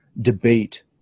debate